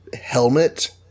helmet